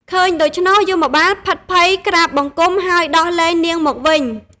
ឃើញដូច្នោះ យមបាលភិតភ័យ ក្រាបបង្គំ ហើយដោះលែងនាងមកវិញ ។